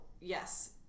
yes